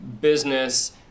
business